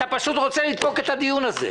אתה פשוט רוצה לדפוק את הדיון הזה.